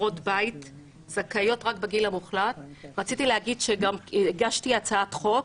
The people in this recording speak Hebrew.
עקרות בית זכאיות רק בגיל המוחלט - הגשתי הצעת חוק,